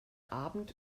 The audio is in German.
abend